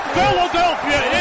Philadelphia